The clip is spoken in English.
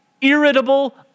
irritable